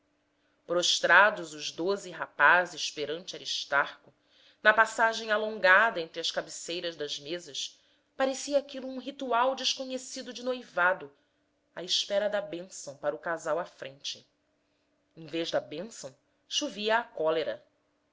prostrados os doze rapazes perante aristarco na passagem alongada entre as cabeceiras das mesas parecia aquilo um ritual desconhecido de noivado a espera da bênção para o casal à frente em vez da bênção chovia a cólera